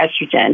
estrogen